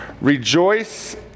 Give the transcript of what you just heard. Rejoice